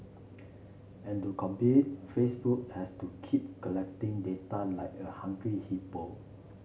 and to compete Facebook has to keep collecting data like a hungry hippo